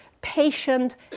patient